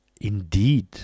indeed